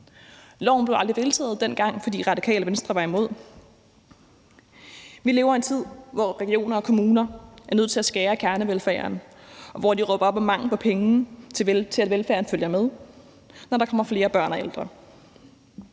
blev aldrig vedtaget dengang, fordi Radikale Venstre var imod. Vi lever i en tid, hvor regioner og kommuner er nødt til at skære i kernevelfærden, og hvor de råber op om mangel på penge til, at velfærden følger med, når der kommer flere børn og ældre.